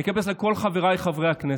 אני אתייחס לכל חבריי חברי הכנסת.